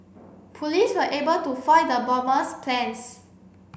police were able to foil the bomber's plans